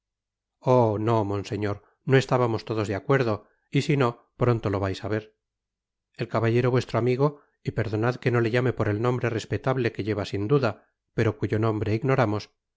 oh no monseñor no estábamos todos de acuerdo y sino pronto lo vais á ver el caballero vuestro amigo y perdonad que no le llame por el nombre respetable que lleva sin duda pero cuyo nombre ignoramos el